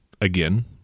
again